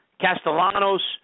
Castellanos